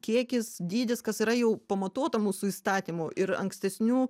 kiekis dydis kas yra jau pamatuota mūsų įstatymų ir ankstesnių